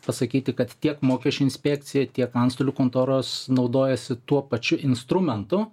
pasakyti kad tiek mokesčių inspekcija tiek antstolių kontoros naudojasi tuo pačiu instrumentu